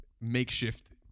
makeshift